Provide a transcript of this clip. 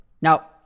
Now